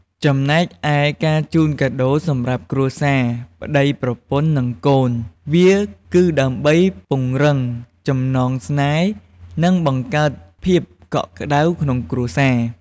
ចំណែកឯ ការជូនកាដូរសម្រាប់គ្រួសារ (ប្ដី/ប្រពន្ធ និងកូន) វាគឺដើម្បីពង្រឹងចំណងស្នេហ៍ និងបង្កើតភាពកក់ក្តៅក្នុងគ្រួរសារ។